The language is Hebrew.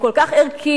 הוא כל כך ערכי,